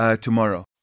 tomorrow